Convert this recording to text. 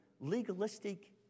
legalistic